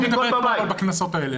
על מי את מדברת בקנסות האלה?